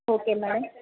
okay madam